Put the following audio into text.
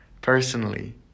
personally